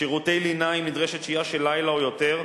שירותי לינה, אם נדרשת שהייה של לילה או יותר,